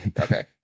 Okay